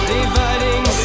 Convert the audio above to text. Dividing